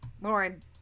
Lauren